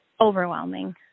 overwhelming